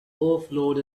overflowed